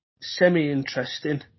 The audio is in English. semi-interesting